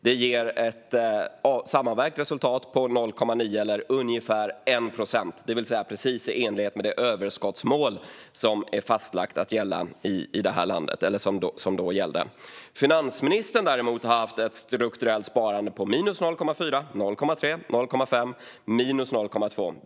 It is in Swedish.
Det ger ett sammanvägt resultat på 0,9 eller ungefär 1 procent, det vill säga precis i enlighet med det överskottsmål som då var fastlagt att gälla i landet. Finansministern däremot har haft ett strukturellt sparande på minus 0,4; 0,3; 0,5 och minus 0,2 procent.